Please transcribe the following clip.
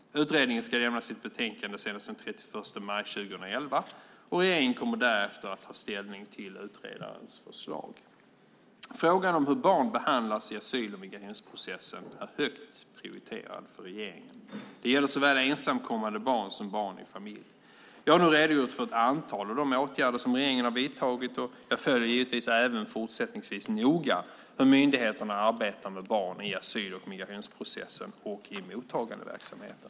Utredningen ska lämna sitt betänkande senast den 31 maj 2011 och regeringen kommer därefter att ta ställning till utredarens förslag. Frågan om hur barn behandlas i asyl och migrationsprocessen är högt prioriterad för regeringen. Det gäller såväl ensamkommande barn som barn i familj. Jag har nu redogjort för ett antal av de åtgärder som regeringen har vidtagit och jag följer givetvis även fortsättningsvis noga hur myndigheterna arbetar med barn i asyl och migrationsprocessen och i mottagandeverksamheten.